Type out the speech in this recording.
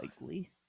likely